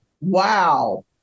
Wow